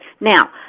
Now